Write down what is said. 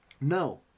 No